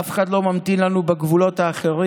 אף אחד לא ממתין לנו בגבולות האחרים.